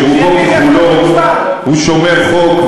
שרובו ככולו הוא שומר חוק,